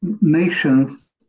Nations